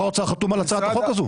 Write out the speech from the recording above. שר האוצר חתום על הצעת החוק הזו.